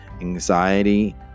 anxiety